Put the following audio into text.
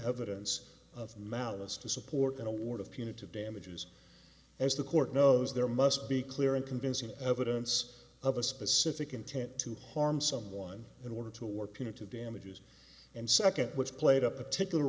evidence of malice to support an award of punitive damages as the court knows there must be clear and convincing evidence of a specific intent to harm someone in order to work punitive damages and second which played a particular